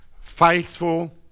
faithful